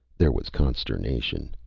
there was consternation.